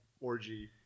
orgy